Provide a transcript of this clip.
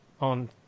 on